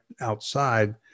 outside